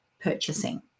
purchasing